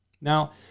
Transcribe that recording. Now